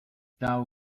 thou